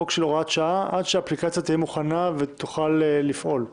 חוק של הוראת שעה עד שהאפליקציה תהיה מוכנה ותוכל לפעול.